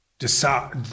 decide